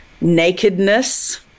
nakedness